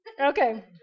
Okay